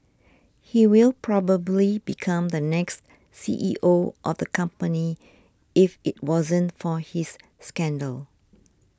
he will probably become the next C E O of the company if it wasn't for his scandal